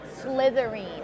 slithering